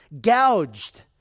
gouged